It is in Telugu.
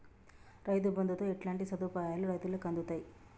రైతు బంధుతో ఎట్లాంటి సదుపాయాలు రైతులకి అందుతయి?